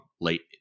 late